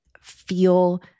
feel